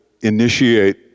initiate